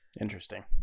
Interesting